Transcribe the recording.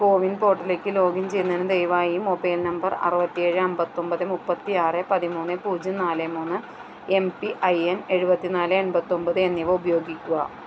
കോവിൻ പോർട്ടലിലേക്ക് ലോഗിൻ ചെയ്യുന്നതിന് ദയവായി മൊബൈൽ നമ്പർ അറുപത്തിയേഴ് അമ്പത്തൊമ്പത് മുപ്പത്തി ആറ് പതിമൂന്ന് പൂജ്യം നാല് മൂന്ന് എം പി ഐ എൻ എഴുപത്തിനാല് എൺപത്തൊമ്പത് എന്നിവ ഉപയോഗിക്കുക